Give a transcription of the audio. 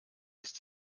ist